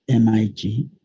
MIG